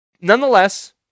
Nonetheless